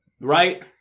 right